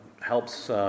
helps